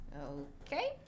Okay